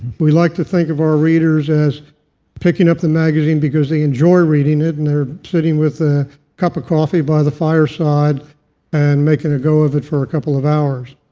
we like to think of our readers as picking up the magazine because they enjoy reading it, and they're sitting with a cup of coffee by the fireside and making a go of it for a couple of hours.